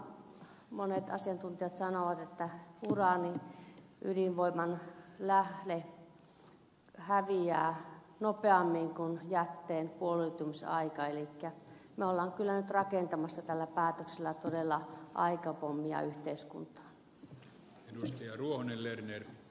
samalla monet asiantuntijat sanovat että uraani ydinvoiman lähde häviää nopeammin kuin jätteen puoliintumisaika elikkä me olemme kyllä nyt rakentamassa tällä päätöksellä todella aikapommia yhteiskuntaan